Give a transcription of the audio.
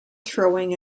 throwing